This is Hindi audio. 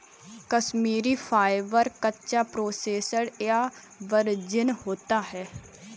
कश्मीरी फाइबर, कच्चा, प्रोसेस्ड या वर्जिन होता है